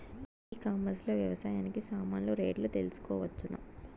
E commerce లో వ్యవసాయానికి సామాన్లు రేట్లు తెలుసుకోవచ్చునా?